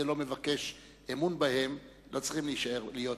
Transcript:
לא מבקש אמון בהם לא צריכים להיות פה.